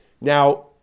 Now